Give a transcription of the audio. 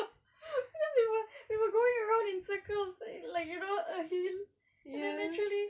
cause we were we were going around in circles like you know a hill and then naturally